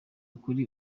kuri